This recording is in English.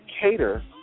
cater